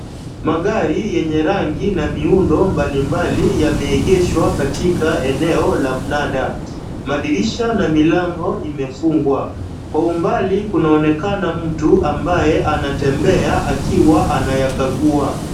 Magari yenye rangi na miundo mbalimbali yameegeshwa katika eneo la mnada. Madirisha na milango imefungwa. Kwa umbali kunaonekana mtu ambaye anatembea akiwa anayakagua.